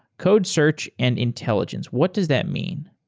code search and intelligence, what does that mean?